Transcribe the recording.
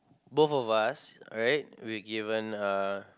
both of us alright we given uh